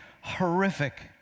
horrific